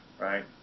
right